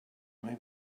may